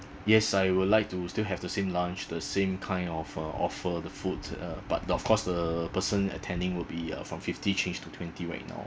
yes I would like to still have the same lunch the same kind of uh offer the foods uh but of course the person attending would be uh from fifty change to twenty right now